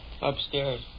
Upstairs